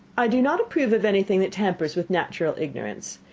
i do not approve of anything that tampers with natural ignorance.